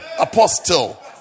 Apostle